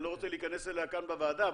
אני לא רוצה להיכנס אליה כאן בוועדה,